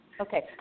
Okay